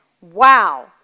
wow